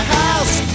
house